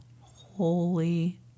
Holy